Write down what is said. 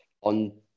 on